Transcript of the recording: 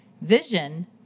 vision